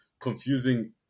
confusing